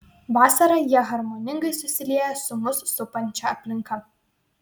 vasarą jie harmoningai susilieja su mus supančia aplinka